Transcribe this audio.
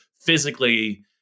physically